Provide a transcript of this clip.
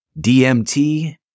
DMT